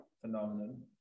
phenomenon